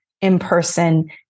in-person